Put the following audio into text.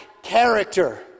character